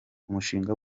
umushinga